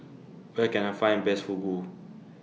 Where Can I Find The Best Fugu